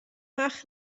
وقت